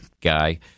guy